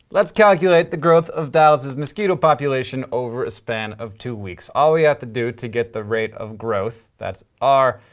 let's calculate the growth of dallas's mosquito population over a span of two weeks. all we have to do to get the rate of growth, that's r,